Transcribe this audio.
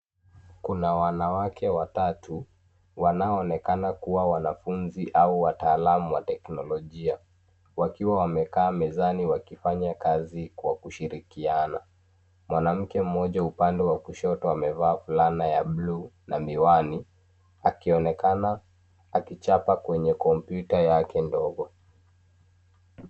Kuna wanawake watatu wanao onekana kuwa wanafunzi au wataalamu wa teknologia wakiwa wamekaa mezani ,wakifanya kazi kwa kushirikiana. Mwanamke mmoja upande wa kushoto amevala fulana ya blue ,na miwani akionekana akichapa kwenye komputa yake ndogo.